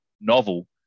novel